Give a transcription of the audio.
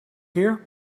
here